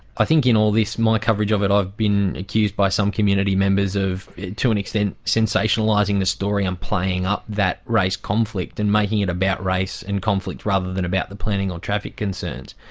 i think in all this, my coverage of it, i've been accused by some community members of to an extent sensationalising the story and playing up that race conflict and making it about race and conflict rather than about the planning or traffic concerns.